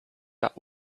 that